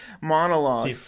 monologue